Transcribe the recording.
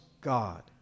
God